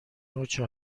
نوچه